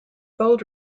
bold